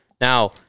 Now